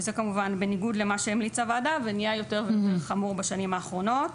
שזה כמובן בניגוד למה שהמליצה הוועדה ונהיה יותר חמור בשנים האחרונות,